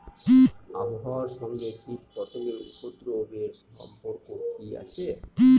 আবহাওয়ার সঙ্গে কীটপতঙ্গের উপদ্রব এর সম্পর্ক কি আছে?